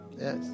Yes